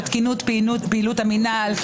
תקינות פעילות המינהל,